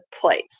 place